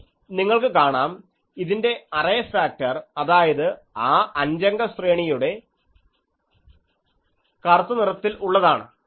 ഇനി നിങ്ങൾക്ക് കാണാം ഇതിൻറെ അറേ ഫാക്ടർ അതായത് ആ അഞ്ചംഗ ശ്രേണിയുടെ കറുത്ത നിറത്തിൽ ഉള്ളതാണ്